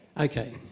Okay